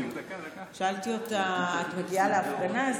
שאלתי אותה: את מגיעה להפגנה?